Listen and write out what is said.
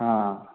हां